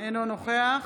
אינו נוכח